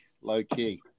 low-key